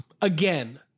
again